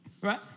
Right